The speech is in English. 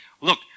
look